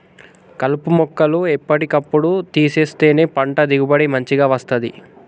కలుపు మొక్కలు ఎప్పటి కప్పుడు తీసేస్తేనే పంట దిగుబడి మంచిగ వస్తది